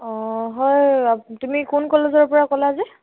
অ হয় তুমি কোন কলেজৰ পৰা ক'লা যে